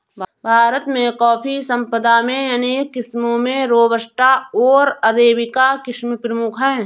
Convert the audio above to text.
भारत में कॉफ़ी संपदा में अनेक किस्मो में रोबस्टा ओर अरेबिका किस्म प्रमुख है